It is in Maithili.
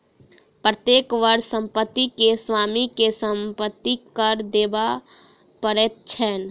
प्रत्येक वर्ष संपत्ति के स्वामी के संपत्ति कर देबअ पड़ैत छैन